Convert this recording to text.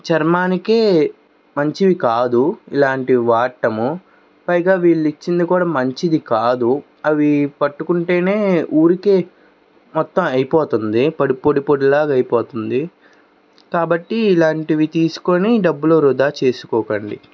చర్మానికే మంచివి కాదు ఇలాంటి వాటము పైగా వీళ్ళు ఇచ్చింది కూడా మంచిది కాదు అవి పట్టుకుంటేనే ఊరికే మొత్తం అయిపోతుంది పొడి పొడి లాగ అయిపోతుంది కాబట్టి ఇలాంటివి తీసుకొని డబ్బులు వృధా చేసుకోకండి